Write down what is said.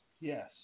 Yes